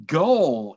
goal